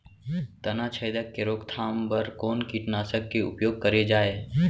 तनाछेदक के रोकथाम बर कोन कीटनाशक के उपयोग करे जाये?